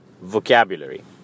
vocabulary